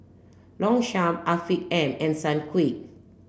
Longchamp Afiq M and Sunquick